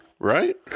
Right